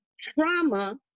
trauma